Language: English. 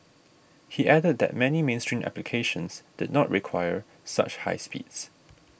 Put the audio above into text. he added that many mainstream applications did not quite require such high speeds